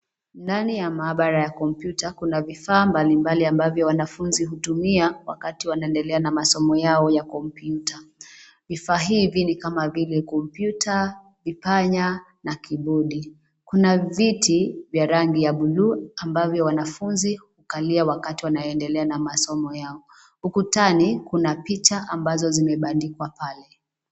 Ndani ya maabara ya kompyuta kuna vifaa mbalimbali ambavyo wanafunzi hutumia wakati wanaendelea na masomo yao ya kompyuta, vifaa hivi ni kama vile kompyuta, vipanya na kibodi, kuna viti vya rangi ya bluu ambavyo wanafunzi, hukalia wakati wanaendelea na masomo yao, ukutani kuna picha ambazo zimebandikwa pale.